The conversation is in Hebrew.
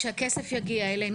כשהכסף יגיע אלינו,